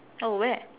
oh where